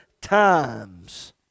times